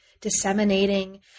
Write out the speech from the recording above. disseminating